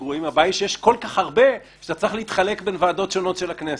בצלאל,